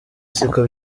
siko